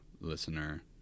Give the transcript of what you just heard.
listener